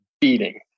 beating